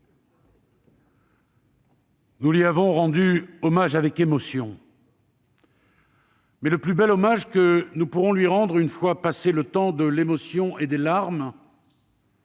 Nous lui avons rendu hommage avec émotion. Mais le plus bel hommage que nous pourrons lui rendre, une fois passé le temps de l'émotion et des larmes,